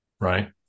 right